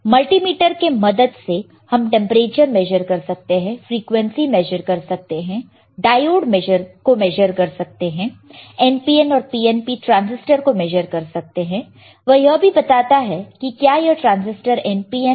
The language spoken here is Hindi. मल्टीमीटर के मदद से हम टेंपरेचर मेजर कर सकते फ्रीक्वेंसी मेजर कर सकते हैं डायोड को मेजर कर सकते हैं NPN और PNP ट्रांजिस्टर को मेजर कर सकते हैं वह यह भी बताता है कि क्या वह ट्रांसिस्टर NPN है या PNP है